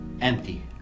Empty